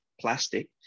Plastic